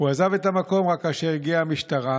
הוא עזב את המקום רק כאשר הגיעה המשטרה.